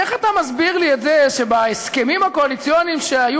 איך אתה מסביר לי את זה שבהסכמים הקואליציוניים שהיו